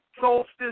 solstice